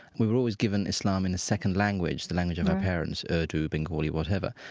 we were always given islam in a second language, the language of our parents urdu, bengali, whatever.